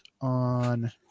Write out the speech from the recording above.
on